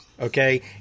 Okay